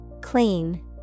Clean